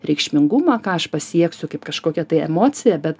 reikšmingumą ką aš pasieksiu kaip kažkokią tai emociją bet